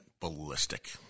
ballistic